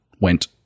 went